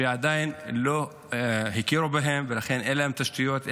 שעדיין לא הכירו בהם ולכן אין להם תשתיות,